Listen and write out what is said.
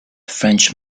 french